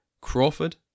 Crawford